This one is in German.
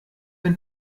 ein